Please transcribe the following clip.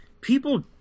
people